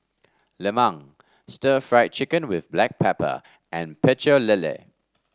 Lemang Stir Fried Chicken with Black Pepper and Pecel Lele